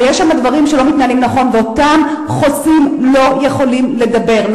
אבל יש שם דברים שלא מתנהלים נכון ואותם חוסים לא יכולים לדבר,